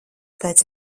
pēc